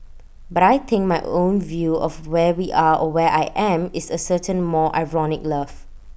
but I think my own view of where we are or where I am is A certain more ironic love